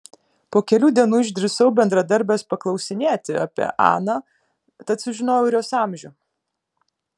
po kelių dienų išdrįsau bendradarbės paklausinėti apie aną tad sužinojau ir jos amžių